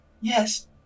Yes